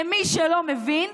למי שלא מבין,